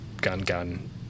gun-gun